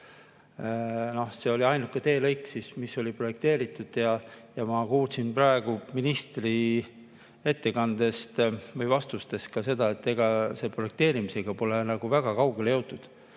See oli ainuke teelõik, mis oli projekteeritud. Ma kuulsin praegu ministri ettekandest või vastustest ka seda, et ega selle projekteerimisega pole nagu väga kaugele jõutud.